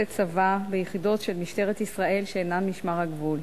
צבא ביחידות של משטרת ישראל שאינן משמר הגבול.